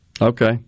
Okay